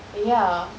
ya